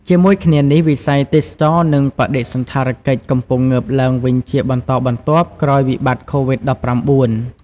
ជាមួយគ្នានេះ វិស័យ ទេសចរណ៍ និងបដិសណ្ឋារកិច្ច កំពុងងើបឡើងវិញជាបន្តបន្ទាប់ ក្រោយវិបត្តិកូវីដ-១៩។